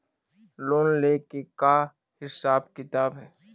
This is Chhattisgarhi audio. लोन ले के का हिसाब किताब हे?